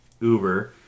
Uber